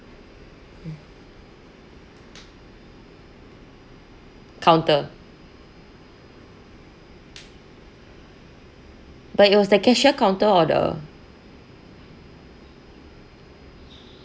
counter but it was the cashier counter or the